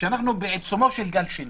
כשאנחנו בעיצומו של גל שני,